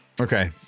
Okay